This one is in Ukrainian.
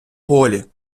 полі